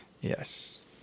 Yes